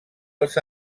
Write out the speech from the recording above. els